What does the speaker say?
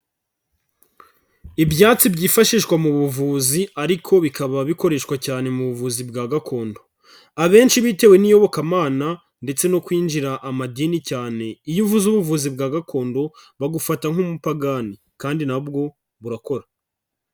Ibyatsi byifashishwa mu buvuzi ariko bikaba bikoreshwa cyane mu buvuzi bwa gakondo, abenshi bitewe n'iyobokamana ndetse no kwinjira amadini cyane iyo uvuze ubuvuzi bwa gakondo bagufata nk'umupagani kandi na bwo burakora.